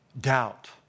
doubt